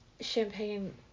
Champagne